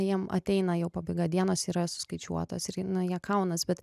jiem ateina jau pabaiga dienos yra suskaičiuotos ir jie nu jie kaunasi bet